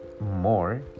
more